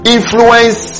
Influence